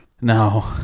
No